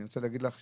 אני אומר להם: